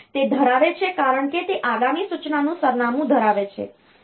તેથી તે ધરાવે છે કારણ કે તે આગામી સૂચનાનું સરનામું ધરાવે છે